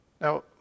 Now